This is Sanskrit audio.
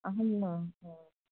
अहम्